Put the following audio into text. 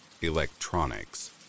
electronics